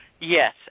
Yes